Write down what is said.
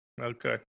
okay